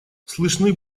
слышны